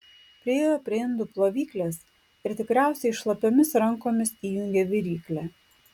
priėjo prie indų plovyklės ir tikriausiai šlapiomis rankomis įjungė viryklę